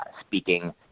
speaking